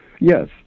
yes